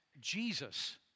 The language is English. Jesus